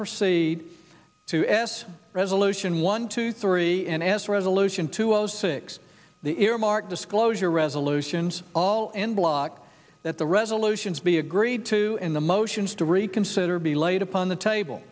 proceed to s resolution one two three and as resolution two zero six the earmark disclosure resolutions all enbloc that the resolutions be agreed to and the motions to reconsider be laid upon the table